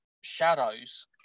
shadows